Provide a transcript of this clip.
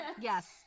Yes